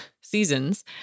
seasons